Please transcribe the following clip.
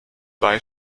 bei